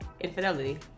infidelity